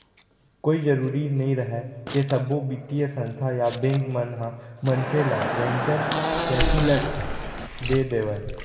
कोई जरुरी नइ रहय के सब्बो बित्तीय संस्था या बेंक मन ह मनसे ल वेंचर कैपिलट दे देवय